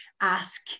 ask